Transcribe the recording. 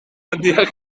handiak